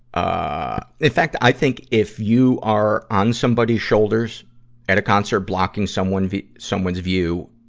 ah in fact, i think if you are on somebody's shoulders at a concert blocking someone vi, someone's view,